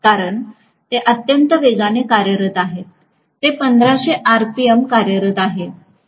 कारण ते अत्यंत वेगात कार्यरत आहे ते 1500 आरपीएम कार्यरत आहे